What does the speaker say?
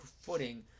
footing